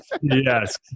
Yes